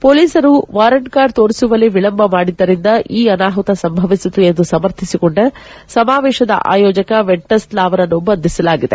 ಪೊಲೀಸರು warrant card ತೋರಿಸುವಲ್ಲಿ ವಿಳಂಬ ಮಾಡಿದ್ದರಿಂದ ಈ ಅನಾಹುತ ಸಂಭವಿಸಿತು ಎಂದು ಸಮರ್ಥಿಸಿಕೊಂಡ ಸಮಾವೇಶದ ಆಯೋಜಕ ವೆಂಟಸ್ ಲಾ ಅವರನ್ನು ಬಂಧಿಸಲಾಗಿದೆ